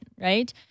right